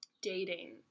dating